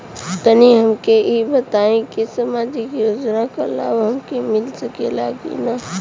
तनि हमके इ बताईं की सामाजिक योजना क लाभ हमके मिल सकेला की ना?